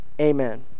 amen